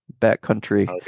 backcountry